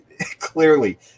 clearly